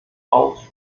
auf